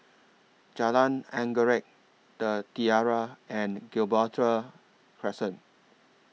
Jalan Anggerek The Tiara and Gibraltar Crescent